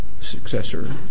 successor